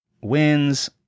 wins